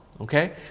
Okay